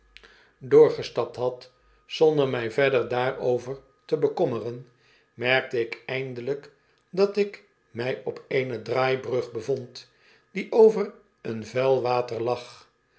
doorgestapt had zonder mij verder daarover te bekommeren merkte ik eindelijk dat ik mij op eene draaibrug bevond die over een vuil water lag